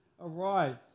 Arise